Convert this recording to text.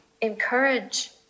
encourage